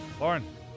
Lauren